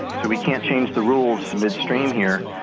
so we can't change the rules midstream here,